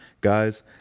guys